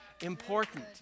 important